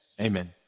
Amen